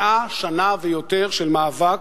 100 שנה ויותר של מאבק,